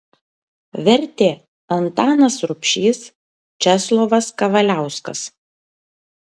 vertė antanas rubšys česlovas kavaliauskas